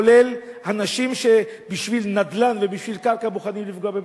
כולל אנשים שבשביל נדל"ן ובשביל קרקע מוכנים לפגוע בבית-כנסת.